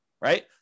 right